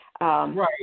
Right